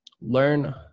learn